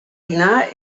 dinar